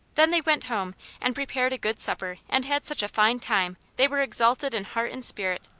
then they went home and prepared a good supper and had such a fine time they were exalted in heart and spirit.